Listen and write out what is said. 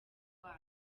bayo